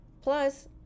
Plus